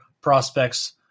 prospects